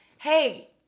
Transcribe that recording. Hey